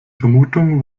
vermutung